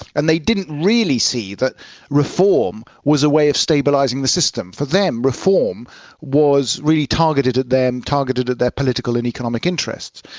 and they didn't really see that reform was a way of stabilising the system. for them reform was really targeted at them, targeted at their political and economic interests.